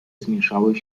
zmieszały